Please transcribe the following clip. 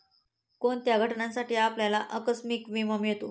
कोणत्या घटनांसाठी आपल्याला आकस्मिक विमा मिळतो?